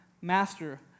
Master